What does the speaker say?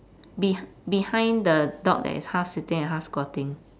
beh~ behind the dog that is half sitting and half squatting